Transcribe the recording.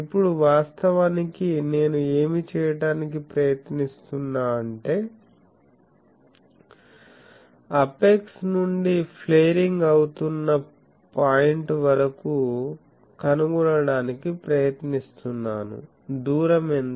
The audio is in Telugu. ఇప్పుడు వాస్తవానికి నేను ఏమి చేయటానికి ప్రయత్నిస్తున్నాఅంటే అపెక్స్ నుండి ప్లేరింగ్ అవుతున్నా పాయింట్ వరకు కనుగొనడానికి ప్రయత్నిస్తున్నాను దూరం ఎంత